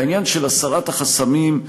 בעניין של הסרת החסמים,